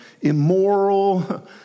immoral